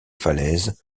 falaises